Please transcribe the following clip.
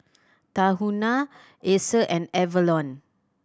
Tahuna Acer and Avalon